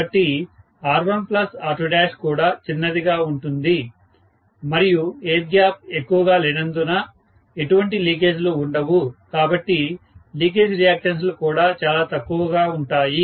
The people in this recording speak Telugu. కాబట్టి R1R2 కూడా చిన్నదిగా ఉంటుంది మరియు ఎయిర్ గ్యాప్ ఎక్కువగా లేనందున ఎటువంటి లీకేజీలు ఉండవు కాబట్టి లీకేజ్ రియాక్టన్స్ లు కూడా చాలా తక్కువగా ఉంటాయి